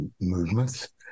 movements